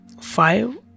Five